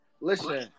listen